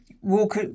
walk